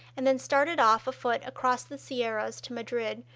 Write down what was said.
and then started off afoot across the sierras to madrid,